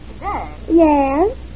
Yes